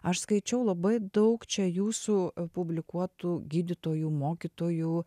aš skaičiau labai daug čia jūsų publikuotų gydytojų mokytojų